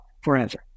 forever